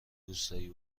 روستایی